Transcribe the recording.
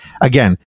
again